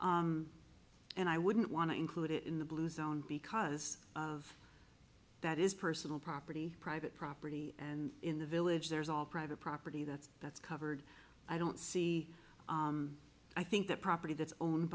and i wouldn't want to include it in the blue zone because of that is personal property private property and in the village there's all private property that's that's covered i don't see i think that property that's owned